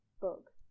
book